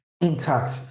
intact